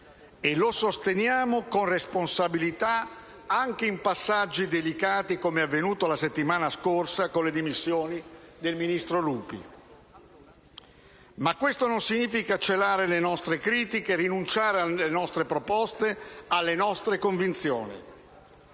Lo sosteniamo con responsabilità, anche in passaggi delicati, come è avvenuto la settimana scorsa, con le dimissioni del ministro Lupi. Questo non significa però celare le nostre critiche, rinunciare alle nostre proposte e alle nostre convinzioni.